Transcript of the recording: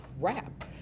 crap